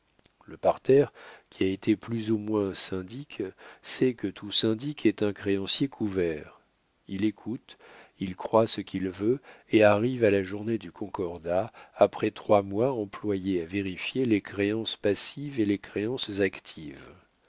le parterre qui a été plus ou moins syndic sait que tout syndic est un créancier couvert il écoute il croit ce qu'il veut et arrive à la journée du concordat après trois mois employés à vérifier les créances passives et les créances actives